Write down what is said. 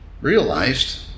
realized